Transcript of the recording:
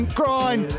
grind